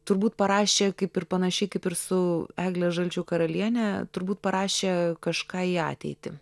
turbūt parašė kaip ir panašiai kaip ir su egle žalčių karaliene turbūt parašė kažką į ateitį